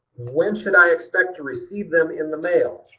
when should i expect to receive them in the mail?